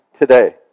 today